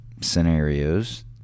scenarios